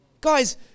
Guys